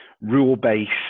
rule-based